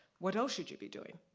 what else should you be doing?